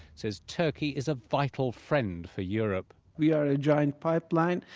says turkey is a vital friend for europe we are a giant pipeline,